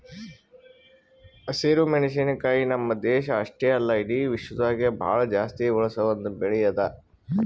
ಹಸಿರು ಮೆಣಸಿನಕಾಯಿ ನಮ್ಮ್ ದೇಶ ಅಷ್ಟೆ ಅಲ್ಲಾ ಇಡಿ ವಿಶ್ವದಾಗೆ ಭಾಳ ಜಾಸ್ತಿ ಬಳಸ ಒಂದ್ ಬೆಳಿ ಅದಾ